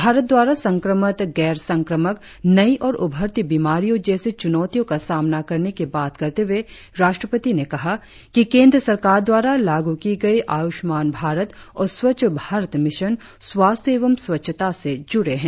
भारत द्वारा संक्रमक गैर संक्रमक नई और उभरती बीमारियों जैसी चुनौतियों का सामना करने की बात करते हुए राष्ट्रपति ने कहा कि केंद्र सरकार द्वारा लागू की गई आयुष्मान भारत और स्वच्छ भारत मिशन स्वास्थ्य एवं स्वच्छता से जुड़े है